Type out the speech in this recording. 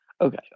Okay